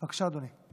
בבקשה, אדוני.